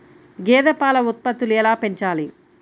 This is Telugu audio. గేదె పాల ఉత్పత్తులు ఎలా పెంచాలి?